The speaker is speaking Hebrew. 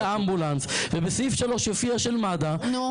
אמבולנס ובסעיף 3 יופיע של מד"א --- נו,